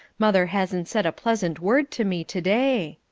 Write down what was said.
mother hasn't said a pleasant word to me to-day.